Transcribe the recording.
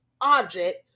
object